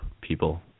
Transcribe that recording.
people